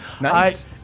Nice